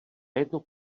jednu